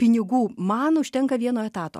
pinigų man užtenka vieno etato